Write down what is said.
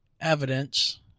evidence